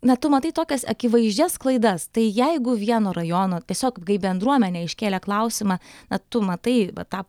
na tu matai tokias akivaizdžias klaidas tai jeigu vieno rajono tiesiog bendruomenė iškėlė klausimą na tu matai va tą